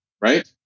right